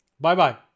Bye-bye